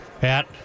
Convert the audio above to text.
Pat